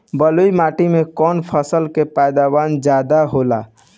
बालुई माटी में कौन फसल के पैदावार ज्यादा होला?